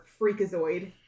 Freakazoid